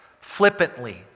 flippantly